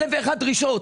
אלף ואחת דרישות